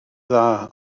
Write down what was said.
dda